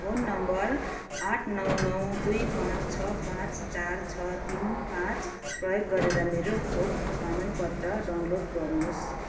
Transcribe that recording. phone number आठ नौ नौ दुई पाँच छ पाँच चार छ तिन पाँच प्रयोग गरेर मेरो खोप प्रमाणपत्र डाउनलोड गर्नुहोस्